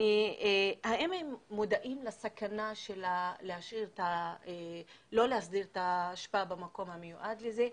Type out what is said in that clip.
האם הם מודעים לסכנה של לא להסדיר את האשפה במקום המיועד לזה.